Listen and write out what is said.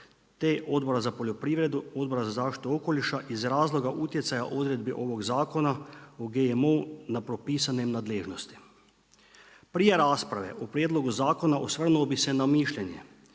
te Odbora za poljoprivredu, Odbora za zaštitu okoliša, iz razloga utjecaja odredbi ovoga zakona o GMO-u nad propisane nadležnosti. Prije rasprave o prijedlogu zakona osvrnuo bih se na mišljenje